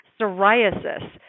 psoriasis